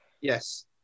yes